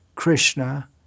Krishna